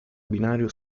binario